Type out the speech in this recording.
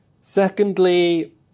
Secondly